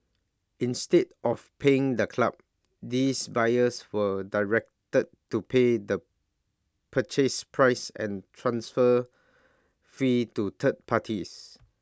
instead of paying the club these buyers were directed to pay the purchase price and transfer fee to third parties